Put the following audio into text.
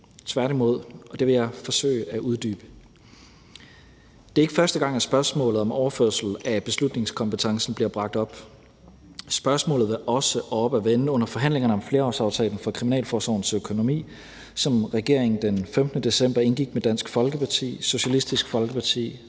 det vil jeg forsøge at uddybe. Det er ikke første gang, at spørgsmålet om overførsel af beslutningskompetence bliver bragt op. Spørgsmålet var også oppe at vende under forhandlingerne om flerårsaftalen for kriminalforsorgens økonomi, som regeringen den 15. december indgik med Dansk Folkeparti, Socialistisk Folkeparti